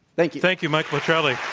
thank you. thank you, mike petrilli.